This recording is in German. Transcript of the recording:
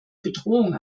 bedrohung